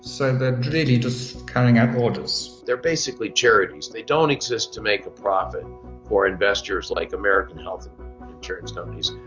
so they're really just carrying out orders. they're basically charities. they don't exist to make a profit for investors like american health insurance companies.